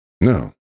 No